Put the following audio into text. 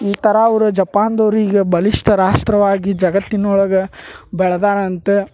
ಈ ಥರ ಅವ್ರು ಜಪಾನ್ದವ್ರು ಈಗ ಬಲಿಷ್ಠ ರಾಷ್ಟ್ರವಾಗಿ ಜಗತ್ತಿನೊಳ್ಗೆ ಬೆಳ್ದಾರಂತ